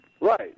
Right